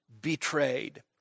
betrayed